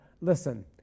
listen